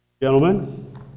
Gentlemen